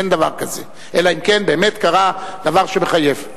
אין דבר כזה, אלא אם כן באמת קרה דבר שמחייב.